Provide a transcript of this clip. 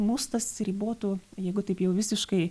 mus tas ribotų jeigu taip jau visiškai